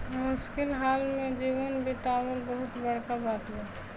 मुश्किल हाल में जीवन बीतावल बहुत बड़का बात बा